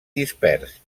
dispers